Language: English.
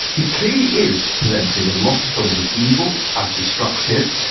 he clearly is presented in lots of stories as evil, as destructive.